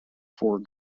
four